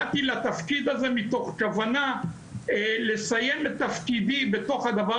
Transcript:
באתי לתפקיד הזה מתוך כוונה לסיים את תפקידי בתוך הדבר